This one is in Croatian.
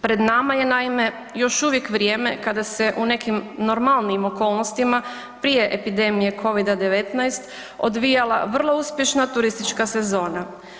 Pred nama je, naime, još uvijek vrijeme kada se u nekim normalnijim okolnostima prije epidemije Covida-19 odvijala vrlo uspješna turistička sezona.